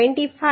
25